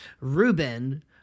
reuben